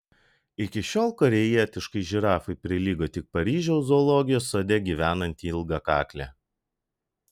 iki šiol korėjietiškai žirafai prilygo tik paryžiaus zoologijos sode gyvenanti ilgakaklė